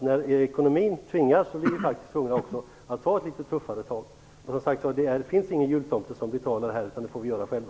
När ekonomin är dålig är vi tvungna att ta litet tuffare tag. Det finns ingen jultomte som betalar, utan det får vi göra själva.